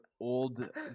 old